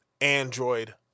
Android